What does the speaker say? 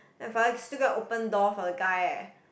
then father still go and open door for the guy eh